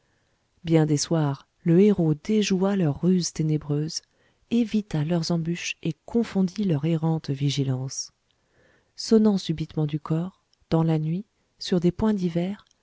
bien des soirs le héros déjoua leurs ruses ténébreuses évita leurs embûches et confondit leur errante vigilance sonnant subitement du cor dans la nuit sur des points divers